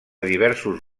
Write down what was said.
diversos